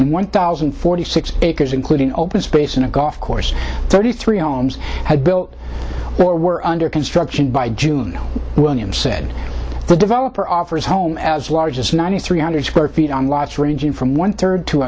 and one thousand and forty six acres including open space in a golf course thirty three ohms had built or were under construction by june williams said the developer offers home as large as ninety three hundred square feet on lots ranging from